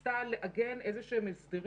נתייחס אחר כך לעמודות הצהובים של חולים